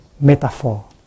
metaphor